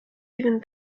even